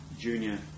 junior